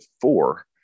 four